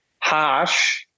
harsh